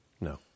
No